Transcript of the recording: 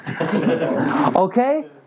Okay